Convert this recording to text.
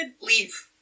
leave